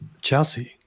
Chelsea